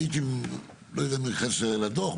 הדוח,